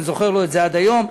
אני זוכר לו את זה עד היום,